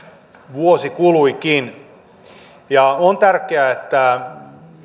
vuosi kuluikin on tärkeää että